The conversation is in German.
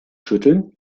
schütteln